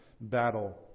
battle